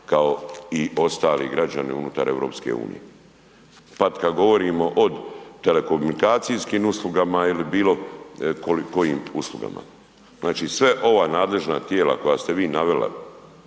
kao i ostali građani unutar EU. Pa kad govorimo od telekomunikacijskim uslugama ili bilo kojim uslugama, znači sve ova nadležna tijela koja ste vi navela,